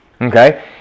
Okay